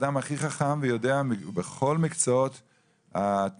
אדם הכי חכם שיודע את כל מקצועות התורה,